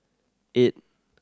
eight